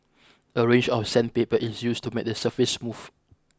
a range of sandpaper is used to make the surface smooth